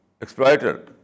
exploiter